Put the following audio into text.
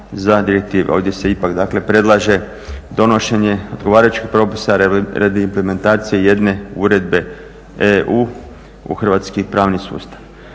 za direktive. Ovdje se ipak predlaže donošenje odgovarajućih propisa radi implementacije jedne uredbe EU u hrvatski pravni sustav.